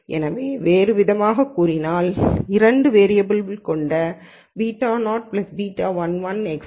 எனவே வேறுவிதமாகக் கூறினால் 2 வேரியபல்கள் கொண்ட β0 β11 x1 β12 x2